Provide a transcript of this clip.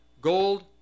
Gold